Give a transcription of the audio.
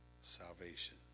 salvation